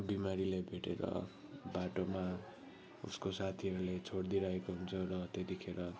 बिमारीले भेटेर बाटोमा उसको साथीहरूले छोडिदिई राखेको हुन्छ र त्यतिखेर